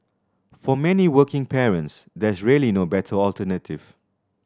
for many working parents there's really no better alternative